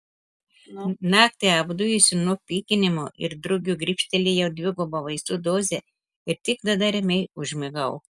naktį apdujusi nuo pykinimo ir drugio grybštelėjau dvigubą vaistų dozę ir tik tada ramiai užmigau